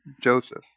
Joseph